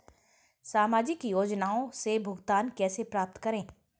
सामाजिक योजनाओं से भुगतान कैसे प्राप्त करें?